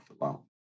alone